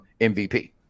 MVP